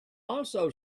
also